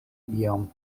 iom